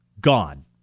gone